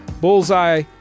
Bullseye